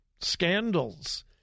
scandals